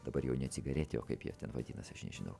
dabar jau ne cigaretę o kaip jie ten vadinasi aš nežinau